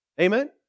Amen